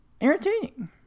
entertaining